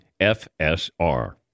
FSR